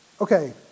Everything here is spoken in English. Okay